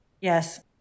Yes